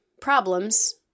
problems